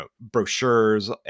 brochures